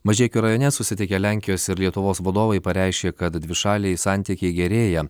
mažeikių rajone susitikę lenkijos ir lietuvos vadovai pareiškė kad dvišaliai santykiai gerėja